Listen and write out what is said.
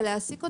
ולהעסיק אותו,